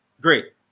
great